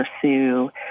pursue